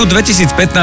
2015